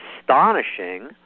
astonishing